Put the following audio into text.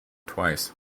twice